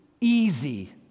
easy